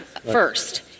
first